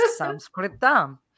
Sanskritam